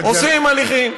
עושים הליכים.